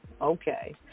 Okay